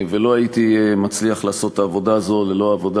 לא הייתי מצליח לעשות את העבודה הזאת ללא עבודה